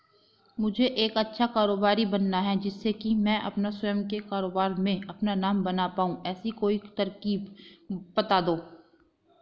मुझे एक अच्छा कारोबारी बनना है जिससे कि मैं अपना स्वयं के कारोबार में अपना नाम बना पाऊं ऐसी कोई तरकीब पता दो?